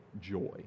joy